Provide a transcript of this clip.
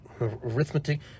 arithmetic